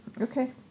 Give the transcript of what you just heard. Okay